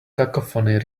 cacophony